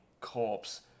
corpse